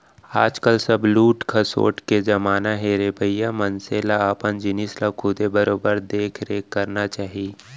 आज काल सब लूट खसोट के जमाना हे रे भइया मनसे ल अपन जिनिस ल खुदे बरोबर देख रेख करना चाही